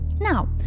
Now